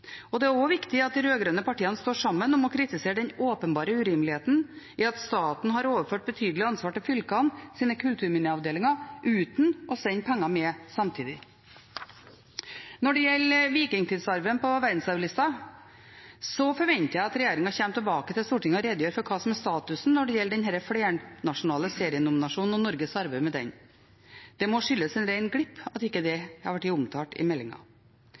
Det er også viktig at de rød-grønne partiene står sammen om å kritisere den åpenbare urimeligheten i at staten har overført betydelig ansvar til fylkenes kulturminneavdelinger uten å sende penger med samtidig. Når det gjelder vikingtidsarven på verdensarvlista, forventer jeg at regjeringen kommer tilbake til Stortinget og redegjør for hva som er status for den flernasjonale serienominasjonen og Norges arbeid med den. Det må skyldes en ren glipp at det ikke er omtalt i